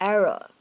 Error